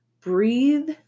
Breathe